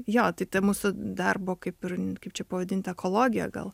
jo tai ta mūsų darbo kaip ir kaip čia pavadint ekologija gal